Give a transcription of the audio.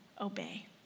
obey